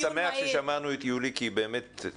אני שמח ששמענו את יולי, כי היא הדליקה פנס.